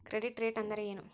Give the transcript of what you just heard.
Credit rate ಅಂದರೆ ಏನು?